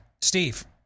Steve